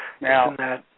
Now